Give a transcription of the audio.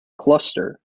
cluster